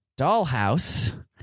Dollhouse